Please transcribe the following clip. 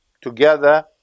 together